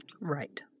Right